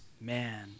man